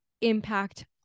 impact